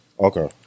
okay